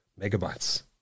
megabytes